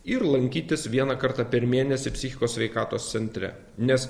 ir lankytis vieną kartą per mėnesį psichikos sveikatos centre nes